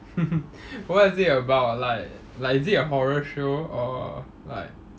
what is it about like like is it a horror show or like